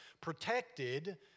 protected